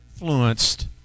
influenced